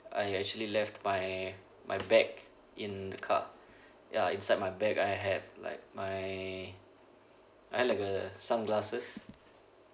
I actually left my my bag in the car ya inside my bag I have like my uh like a sunglasses